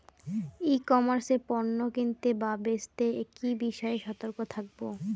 ই commerce এ পণ্য কিনতে বা বেচতে কি বিষয়ে সতর্ক থাকব?